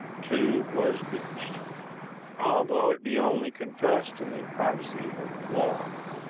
too, was beached although it be only confessed in the privacy of the log.